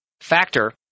factor